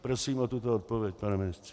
Prosím o tuto odpověď, pane ministře.